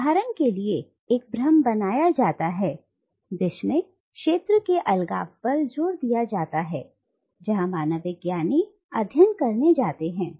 और उदाहरण के लिए एक भ्रम बनाया जाता है जिसमें क्षेत्र के अलगाव पर जोर दिया जाता है जहां मानव विज्ञानी अध्ययन करने जाते हैं